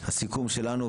הסיכום שלנו,